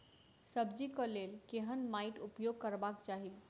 सब्जी कऽ लेल केहन माटि उपयोग करबाक चाहि?